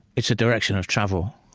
it's a direction of travel.